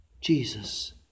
Jesus